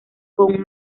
con